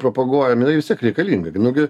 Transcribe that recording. propaguojam jinai vis tiek reikalinga gi nugi